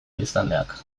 biztanleak